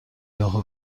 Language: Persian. یهو